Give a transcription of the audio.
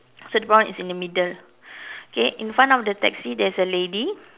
so the brown is in the middle okay in front of the taxi there is a lady